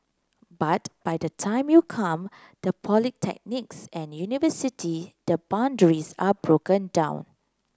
but by the time you come to polytechnics and university the boundaries are broken down